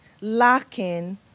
Lacking